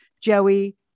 joey